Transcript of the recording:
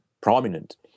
prominent